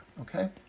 okay